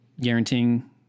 Guaranteeing